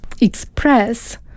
express